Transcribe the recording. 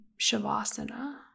Shavasana